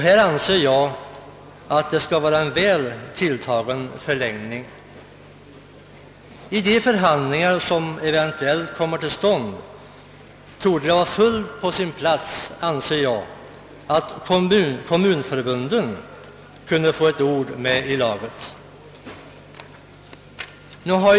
Jag anser att det skall vara en väl tilltagen förlängning. Vid de förhandlingar som eventuellt kommer till stånd torde det enligt min uppfattning vara fullt på sin plats att kommunförbunden får ett ord med i laget.